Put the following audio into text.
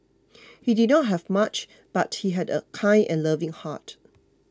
he did not have much but he had a kind and loving heart